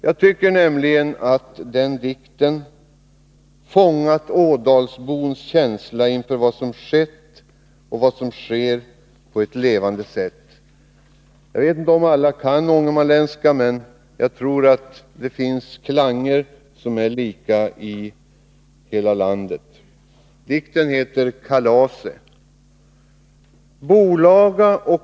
Jag tycker nämligen att den dikten har fångat ådalsbons känsla inför vad som skett och vad som sker på ett levande sätt. Jag vet inte om alla kan ångermanländska, men jag tror att det finns klanger som är lika i hela landet. Dikten heter Kalase.